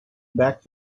back